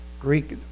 Greek